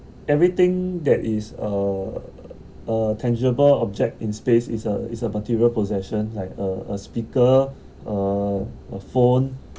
everything that is uh uh tangible object in space is a is a material possession like a a speaker a a phone